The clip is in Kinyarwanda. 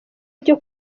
byo